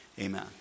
amen